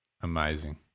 amazing